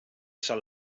sol